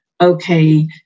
okay